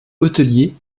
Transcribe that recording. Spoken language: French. hôtelier